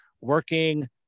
working